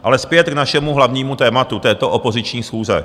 Ale zpět k našemu hlavnímu tématu této opoziční schůze.